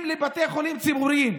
בבתי חולים ציבוריים,